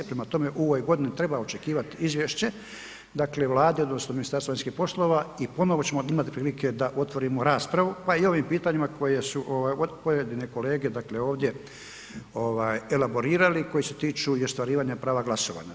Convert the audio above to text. Prema tome, u ovoj godini treba očekivati izvješće, dakle Vlade, odnosno Ministarstva vanjskih poslova i ponovno ćemo imati prilike da otvorimo raspravu pa i o ovim pitanjima koje su pojedine kolege ovdje elaborirali koji se tiču i ostvarivanja prava glasovanja.